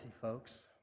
folks